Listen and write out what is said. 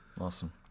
Awesome